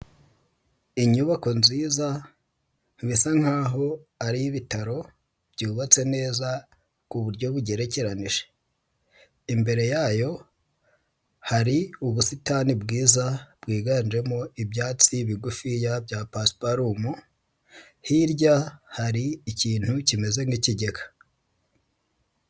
Inyubako nziza bisa nkaho ari ibitaro byubatse neza ku buryo bugerekeranije. Imbere yayo hari ubusitani bwiza bwiganjemo ibyatsi bigufiya bya pasiparumu, hirya hari ikintu kimeze nk'ikigega.